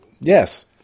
Yes